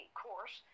court